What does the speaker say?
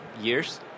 years